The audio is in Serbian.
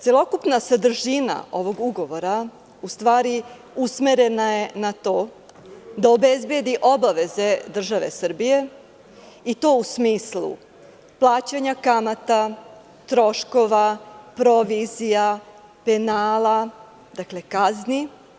Celokupna sadržina ovog ugovora u stvari usmerena je na to da obezbedi obaveze države Srbije i to u smislu plaćanja kamata, troškova, provizija, penala, dakle kazni.